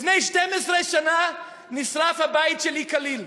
לפני 12 שנה נשרף הבית שלי כליל.